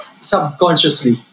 subconsciously